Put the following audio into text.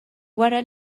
wara